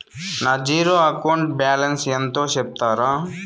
నా zero account balance ఎంతో సెప్తారా?